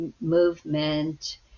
movement